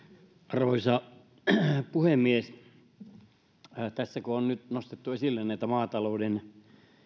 arvoisa puhemies tässä kun on nyt nostettu esille näitä maatalouden